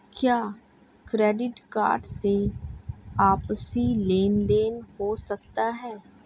क्या credit card से आपसी लेनदेन हो सकता है?